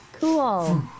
Cool